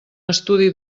estudi